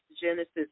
Genesis